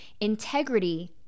Integrity